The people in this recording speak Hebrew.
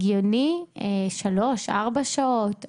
הגיוני שלוש-ארבע שעות,